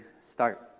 start